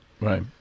Right